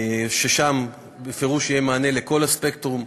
ושם בפירוש יהיה מענה לכל הספקטרום,